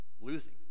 losing